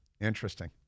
Interesting